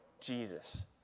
Jesus